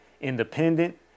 independent